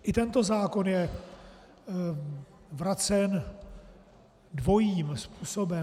I tento zákon je vracen dvojím způsobem.